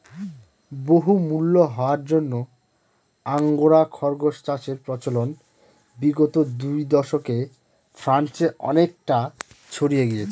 বহুমূল্য হওয়ার জন্য আঙ্গোরা খরগোস চাষের প্রচলন বিগত দু দশকে ফ্রান্সে অনেকটা ছড়িয়ে গিয়েছে